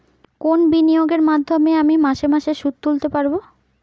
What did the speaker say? কোন বিনিয়োগের মাধ্যমে আমি মাসে মাসে সুদ তুলতে পারবো?